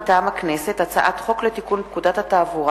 מטעם הממשלה: הצעת חוק סדר הדין הפלילי (סמכויות אכיפה,